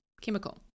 chemical